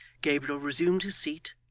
gabriel resumed his seat,